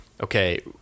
okay